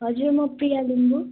हजुर म प्रिया लिम्बू